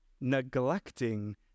neglecting